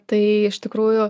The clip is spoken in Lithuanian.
tai iš tikrųjų